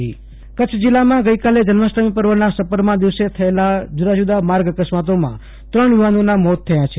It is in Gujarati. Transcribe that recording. આશુતોષ અંતાણી કુચ્છ દુર્ઘટના કચ્છ જિલ્લામાં ગઈકાલે જન્માષ્ટમી પર્વના સપરમા દિવસે જુદા જુદા માર્ગ અકસ્માતોમાં ત્રણ યુવકના મોત થયા છે